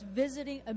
visiting